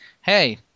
hey